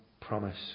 promise